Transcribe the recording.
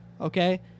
Okay